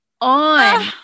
on